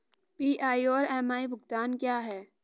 PI और MI भुगतान क्या हैं?